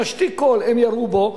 עם משתיק קול הם ירו בו.